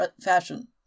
fashion